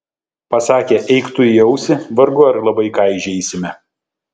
pasakę eik tu į ausį vargu ar labai ką įžeisime